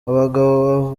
abagabo